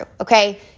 okay